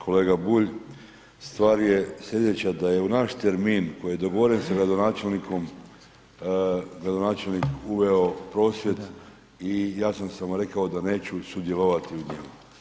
Kolega Bulj, stvar je sljedeća da je u naš termin koji je dogovoren s gradonačelnikom, gradonačelnik uveo prosvjed i ja sam samo rekao da neću sudjelovati u njemu.